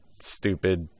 stupid